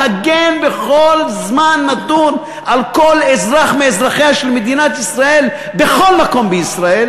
להגן בכל זמן נתון על כל אזרח מאזרחיה של מדינת ישראל בכל מקום בישראל,